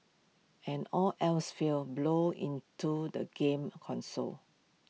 and all else fails blow into the game console